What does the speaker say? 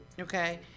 okay